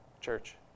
church